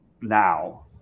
now